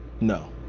no